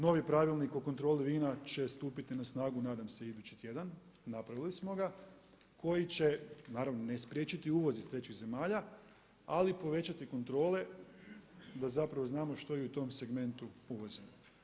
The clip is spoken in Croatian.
Novi pravilnik o kontroli vina će stupiti na snagu nadam se idući tjedan, napravili smo ga, koji će, naravno ne i spriječiti uvoz iz trećih zemalja, ali povećati kontrole da znamo što i u tom segmentu uvozimo.